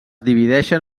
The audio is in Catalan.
divideixen